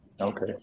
Okay